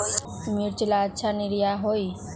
मिर्च ला अच्छा निरैया होई?